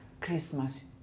Christmas